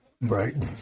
right